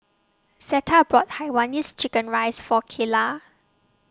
Zetta bought Hainanese Chicken Rice For Kaela